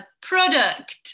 Product